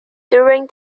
during